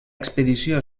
expedició